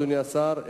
אדוני השר,